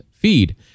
feed